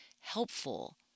helpful